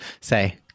say